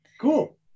Cool